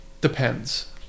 depends